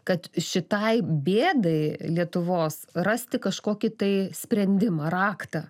kad šitai bėdai lietuvos rasti kažkokį tai sprendimą raktą